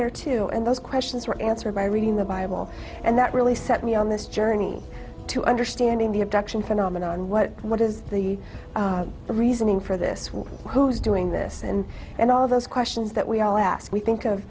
there too and those questions were answered by reading the bible and that really set me on this journey to understanding the abduction phenomenon what what is the reasoning for this one who is doing this and and all those questions that we all ask we think of